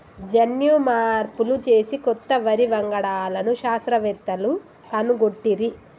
జన్యు మార్పులు చేసి కొత్త వరి వంగడాలను శాస్త్రవేత్తలు కనుగొట్టిరి